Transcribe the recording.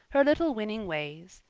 her little winning ways,